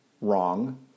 wrong